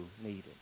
needed